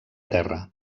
terra